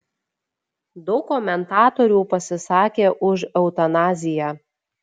daug komentatorių pasisakė už eutanaziją